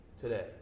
today